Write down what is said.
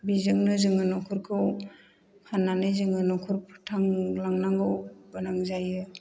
बेजोंनो जोङो न'खरखौ फाननानै जोङो न'खर फोथांलांनांगौ गोनां जायो